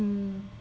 mm